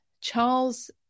Charles